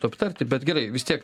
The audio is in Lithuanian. aptarti bet gerai vis tiek